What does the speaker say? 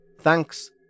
Thanks